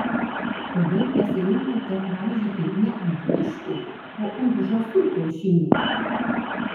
kodėl pasirinkote raižyti ne ant vištų o ant žąsų kiaušinių